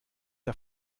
der